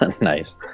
Nice